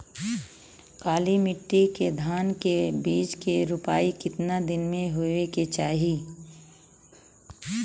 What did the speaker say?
काली मिट्टी के धान के बिज के रूपाई कितना दिन मे होवे के चाही?